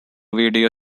video